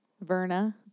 Verna